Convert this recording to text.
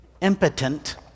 Impotent